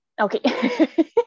Okay